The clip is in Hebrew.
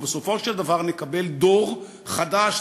ובסופו של דבר נקבל דור חדש,